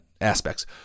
aspects